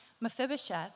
Mephibosheth